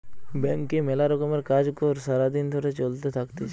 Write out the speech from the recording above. ব্যাংকে মেলা রকমের কাজ কর্ সারা দিন ধরে চলতে থাকতিছে